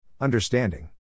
Understanding